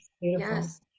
Yes